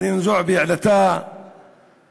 חנין זועבי העלתה את